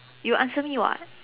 you answer me [what]